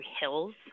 hills